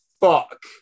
fuck